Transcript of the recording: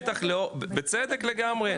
בצדק לגמרי,